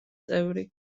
წევრი